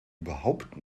überhaupt